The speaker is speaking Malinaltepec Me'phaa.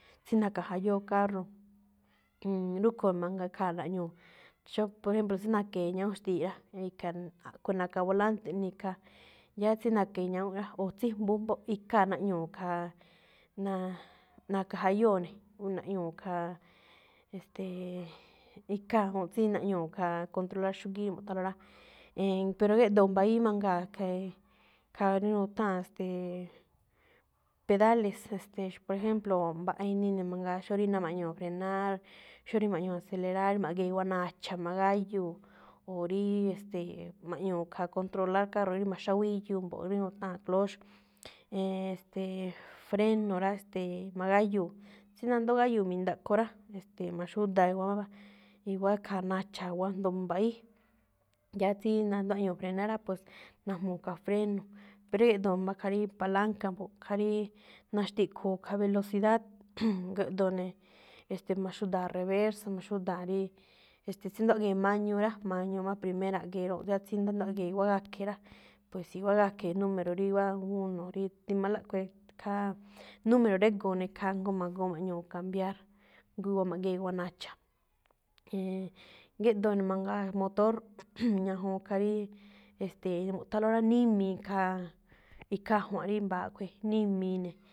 Tsí na̱ka̱ jayóo carro, rúꞌkho̱ mangaa ikhaa̱ naꞌñuu̱, xóo, por ejemplo, tsí na̱ke̱e̱ ñawún xti̱i̱ꞌ rá, ni̱ka̱, a̱khue̱n na̱ka̱ volante iꞌnii̱ khaa̱. Yáá tsí na̱ke̱e̱ ñawúnꞌ rá, o tsí jmbu mbo̱ꞌ, ikhaa̱ naꞌñuu̱, khaa, náa na̱ka̱jayóo̱ ne̱, naꞌñuu̱ khaa, e̱ste̱e̱, ikhaa̱ juu̱n tsí naꞌñuu̱, khaa, controlar xúgíí mu̱ꞌthánlóꞌ rá. E̱e̱n, pero géꞌdoo̱ mbayíí mangaa̱, khee, khaa rí nutháa̱n, ste̱e̱, pedales, e̱ste̱e̱, por ejemplo, mbaꞌa inii ne̱ mangaa xóo rí ná ma̱ꞌñuu̱ frenar, xó rí ma̱ꞌñuu̱ acelerar, ma̱gee̱ i̱wa̱á nacha̱, magáyúu̱. O rí, e̱ste̱e̱, ma̱ꞌñuu̱ khaa controlar carro rí ma̱xáwíyuu mbo̱ꞌ, rí nutháa̱n cloch. E̱e̱n, e̱ste̱e̱, freno rá, e̱ste̱e̱, magáyuu̱. Xí nandoo gáyuu̱ mi̱ndaꞌkho rá, maxúdaa̱ i̱wa̱á wáa, i̱wa̱á khaa nacha̱, i̱wa̱á jndo mbayíí. Ya tsí nadoo̱ áñuu̱ frenar rá, pos ma̱jmuu̱ khaa freno. Pero géꞌdoo mbá khaa rí palanca mbo̱ꞌ, khaa rí naxtikhu̱u khaa velocidad. géꞌdoo ne̱, e̱ste̱e̱, maxúdaa̱ reversa, maxúdaa̱ rí, e̱ste̱e̱. Tsí ndoo áꞌgee̱ mañuu rá, mañuu má, primera áꞌgee̱ róꞌ. Ya tsí nandoo áꞌgee̱ wáa gakhe̱ rá, i̱wa̱á gakhe̱ número, rí wáa uno, tima lá ꞌkhue̱n, éꞌ. Khaa número régo̱o̱ ne̱ khaa jngó ma̱goo ma̱ꞌñuu̱ cambiar, ma̱ꞌgee̱ wa̱á nacha̱. E̱e̱n, géꞌdoo ne̱ mangaa, motor, ñajuun khaa rí, e̱ste̱e̱, mu̱ꞌthánlóꞌ rá, nímii̱, ikhaa ajwa̱nꞌ rí mba̱a̱ a̱ꞌkhue̱n, ními̱i ne̱.